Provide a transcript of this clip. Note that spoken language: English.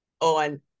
on